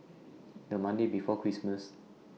The Monday before Christmas